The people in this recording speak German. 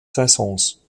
saisons